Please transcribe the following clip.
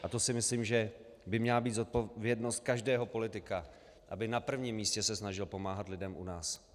A to si myslím, že by měla být zodpovědnost každého politika, aby na prvním místě se snažil pomáhat lidem u nás.